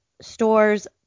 stores